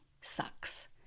sucks